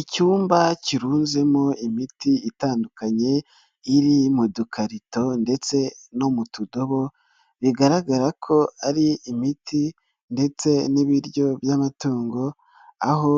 Icyumba kirunzemo imiti itandukanye iri mu dukarito ndetse no mu tudobo, bigaragara ko ari imiti ndetse n'ibiryo by'amatungo, aho